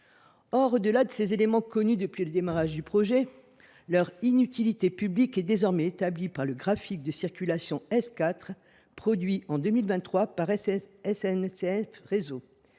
Au delà de ces éléments connus depuis le démarrage du projet, l’inutilité publique de ces aménagements est désormais établie par le graphique de circulation S4 produit en 2023 par SNCF Réseau.